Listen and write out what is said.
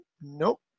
Nope